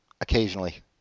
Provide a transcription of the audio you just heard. occasionally